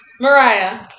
Mariah